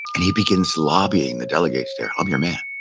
and he begins lobbying the delegates there, i'm your man.